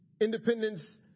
independence